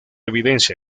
evidencia